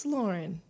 Lauren